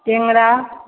टिमड़ा